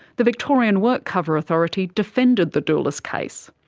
the victorian workcover authority defended the doulis case.